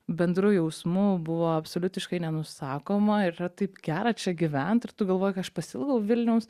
bendru jausmu buvo absoliutiškai nenusakoma ir yra taip gera čia gyvent ir tu galvoji kad aš pasiilgau vilniaus